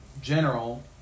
general